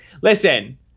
Listen